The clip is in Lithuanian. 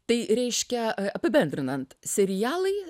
tai reiškia apibendrinant serialai